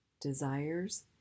desires